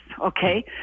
okay